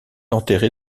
enterré